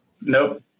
Nope